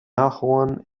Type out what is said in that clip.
ahorn